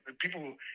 people